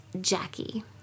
Jackie